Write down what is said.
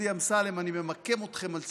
אני ממקם אתכם על ציר הזמן,